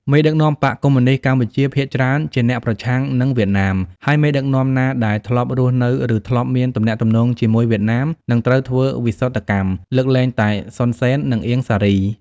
មេដឹកនាំបក្សរកុម្មុយនីស្តកម្ពុជាភាគច្រើនជាអ្នកប្រឆាំងនឹងវៀតណាម ហើយមេដឹកនាំណាដែលធ្លាប់រស់នៅ ឬធ្លាប់មានទំនាក់ទំនងជាមួយវៀតណាមនឹងត្រូវធ្វើវិសុទ្ធកម្ម (លើកលែងតែ សុន សេន និងអៀង សារី)។